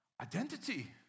identity